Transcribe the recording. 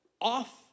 off